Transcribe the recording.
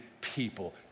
people